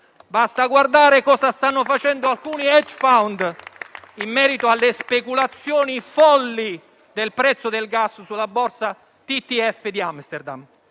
Basta guardare a cosa stanno facendo alcuni *hedge fund* in merito alle speculazioni folli del prezzo del gas sulla borsa TTF di Amsterdam.